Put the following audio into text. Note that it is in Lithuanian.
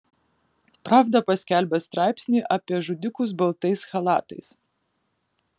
pravda paskelbė straipsnį apie žudikus baltais chalatais